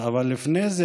אבל לפני זה,